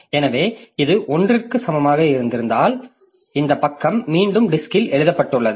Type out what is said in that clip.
எனவே இது 1 க்கு சமமாக இருந்திருந்தால் இந்த பக்கம் மீண்டும் டிஸ்க்ல் எழுதப்பட்டுள்ளது